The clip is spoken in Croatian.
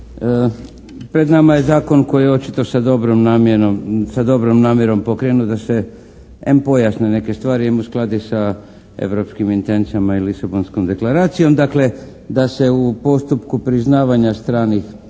Pred nama je zakon koji očito sa dobrom namjerom pokrenut da se em pojasne neke stvari, em uskladi sa evropskim intencama i Lisabonskom deklaracijom. Dakle, da se u postupku priznavanja stranih